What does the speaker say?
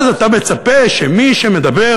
אז אתה מצפה שמי שמדבר